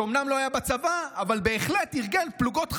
שאומנם לא היה בצבא אבל בהחלט ארגן פלוגות חבלה,